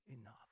enough